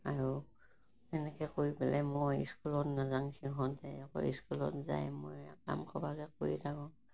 আৰু এনেকৈ কৰি পেলাই মই স্কুলত নেযাওঁ সিহঁতে আকৌ স্কুলত যায় মই কামসোপাকে কৰি থাকোঁ